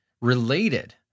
related